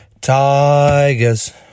Tigers